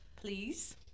please